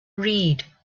read